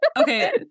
Okay